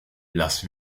las